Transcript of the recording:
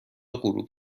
غروب